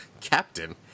Captain